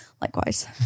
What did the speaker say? likewise